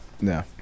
No